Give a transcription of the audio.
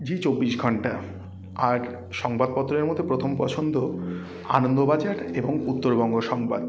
জি চব্বিশ ঘণ্টা আর সংবাদপত্রের মধ্যে প্রথম পছন্দ আনন্দবাজার এবং উত্তরবঙ্গ সংবাদ